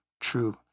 true